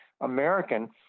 American